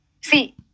See